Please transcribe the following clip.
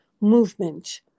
movement